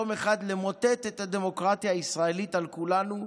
יום אחד למוטט את הדמוקרטיה הישראלית על כולנו,